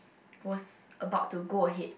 was about to go ahead